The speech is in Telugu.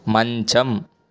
మంచం